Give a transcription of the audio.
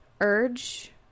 urge